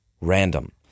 random